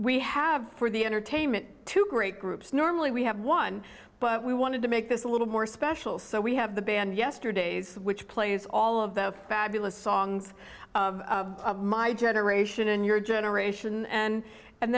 we have for the entertainment two great groups normally we have one but we wanted to make this a little more special so we have the band yesterdays which plays all of the fabulous songs my generation and your generation and and